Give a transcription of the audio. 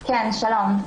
שלום.